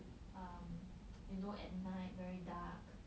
um you know at night very dark